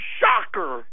shocker